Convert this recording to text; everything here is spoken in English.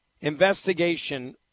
investigation